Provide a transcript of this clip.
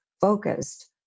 focused